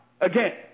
again